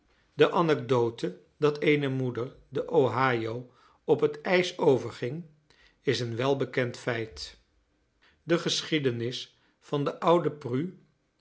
de anecdote dat eene moeder de ohio op het ijs overging is een welbekend feit de geschiedenis der oude prue